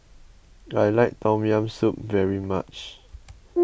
I like Tom Yam Soup very much